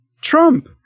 trump